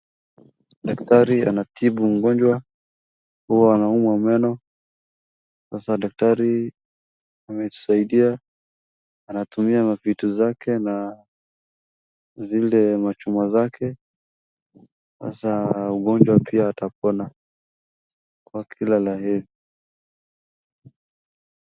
Daktari anatibu mgonjwa, huwa anaumwa meno, sasa daktari ametusaidia, anatumia mavitu zake na zile machuma zake, sasa ugonjwa pia atapona. Kwa kila la heri.